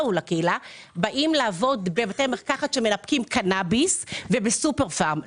באים לעבוד בבתי מרקחת שמנפקים קנאביס וב"סופר פארם".